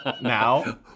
now